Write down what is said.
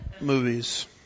movies